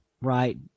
right